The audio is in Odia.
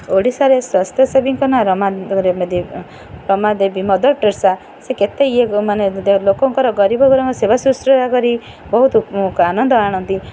ଓଡ଼ିଶାରେ ସ୍ୱାସ୍ଥ୍ୟ ସେବୀଙ୍କ ନାଁ ରମା ଦେମାଦେବୀ ମଦର୍ ଟେରେସା ସେ କେତେ ଇଏ ମାନେ ଲୋକଙ୍କର ଗରିବ ଗୁରୁବାଙ୍କ ସେବା ଶୁଶ୍ରୂଷା କରି ବହୁତ ଆନନ୍ଦ ଆଣନ୍ତି